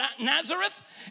Nazareth